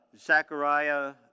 Zechariah